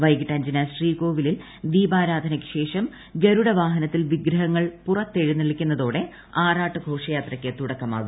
വൈകിട്ട് അഞ്ചിന് ശ്രീകോവിലിൽ ദീപാരാധനയ്ക്കു ശേഷം ഗരുഡവാഹനത്തിൽ വിഗ്രഹങ്ങൾ പുറത്തെഴുന്നള്ളിക്കുന്നതോടെ ആറാട്ട് ഘോഷയാത്രയ്ക്ക് തുടക്കമാവും